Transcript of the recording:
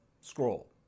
scroll